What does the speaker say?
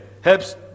helps